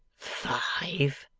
five!